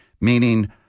meaning